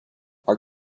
our